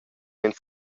ins